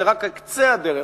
זה רק קצה הדרך,